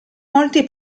molti